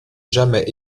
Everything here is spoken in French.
jamais